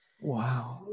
Wow